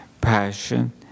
passion